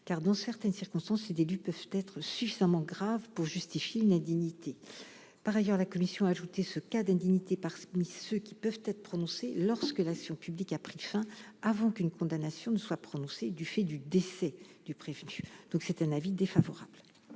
car, dans certaines circonstances, ces délits peuvent être suffisamment graves pour justifier une indignité. Par ailleurs, la commission a ajouté ce cas d'indignité parmi ceux qui peuvent être prononcés lorsque l'action publique a pris fin avant qu'une condamnation ne soit prononcée du fait du décès du prévenu. L'avis de